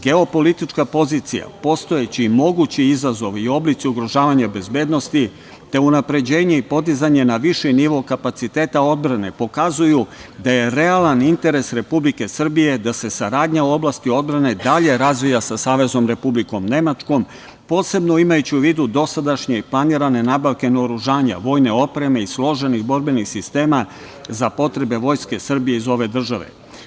Geopolitička pozicija, postojeći mogući izazovi i oblici ugrožavanja bezbednosti, te unapređenje i podizanje na viši nivo kapaciteta odbrane pokazuju da je realan interes Republike Srbije da se saradnja u oblasti odbrane dalje razvije sa Saveznom Republikom Nemačkom, posebno imajući u vidu dosadašnje planirane nabavke naoružanja, vojne opreme i složenih borbenih sistema za potrebe Vojske Srbije iz ove države.